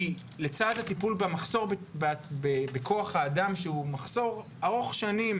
כי לצד הטיפול במחסור בכוח האדם שהוא מחסור ארוך שנים